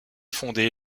fondée